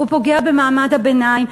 הוא פוגע במעמד הביניים.